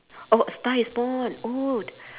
oh a star is born oh